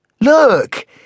Look